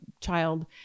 child